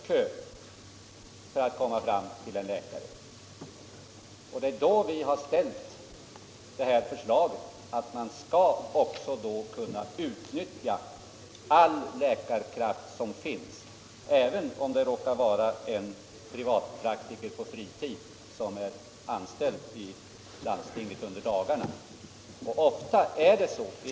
Därför har vi framlagt det här förslaget om att all tillgänglig läkarkraft skall kunna utnyttjas — även om denna läkarkraft råkar vara en privatpraktiker på fritid som är anställd hos landstinget under dagarna.